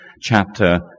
chapter